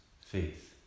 faith